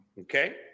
Okay